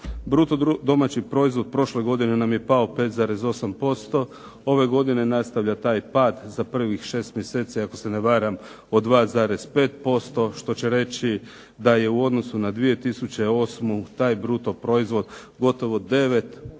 pogoršali. BDP prošle godine nam je pao 5,8%. Ove godine nastavlja taj pad, za prvih 6 mjeseci ako se ne varam od 2,5%. Što će reći da je u odnosu na 2008. taj brutoproizvod gotovo 9%